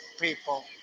people